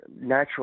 natural